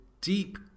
deep